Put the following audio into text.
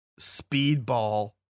Speedball